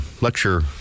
lecture